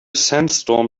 sandstorm